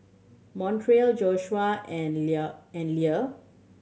Montrell Joshua and Lea and Lea